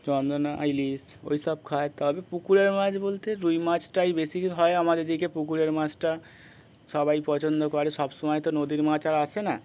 চন্দনা ইলিশ ওই সব খাওয়াতে হবে পুকুরের মাছ বলতে রুই মাছটাই বেশি হয় আমাদের এইদিকে পুকুরের মাছটা সবাই পছন্দ করে সব সময় তো নদীর মাছ আর আসে না